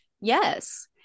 yes